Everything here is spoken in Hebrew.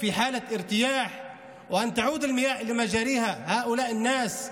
תהיה נחת ושהמצב יחזור לקדמותו עבור האנשים האלה,